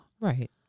Right